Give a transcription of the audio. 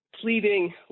pleading